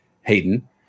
Hayden